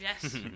Yes